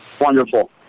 Wonderful